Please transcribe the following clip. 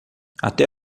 até